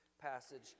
passage